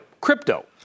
crypto